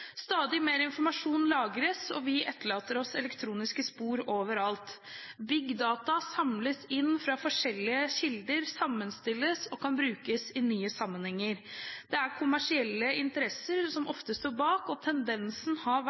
Stadig mer informasjon lagres, og vi etterlater oss elektroniske spor overalt. Big Data samles inn fra forskjellige kilder, sammenstilles og kan brukes i nye sammenhenger. Det er kommersielle interesser som ofte står bak, og tendensen har vært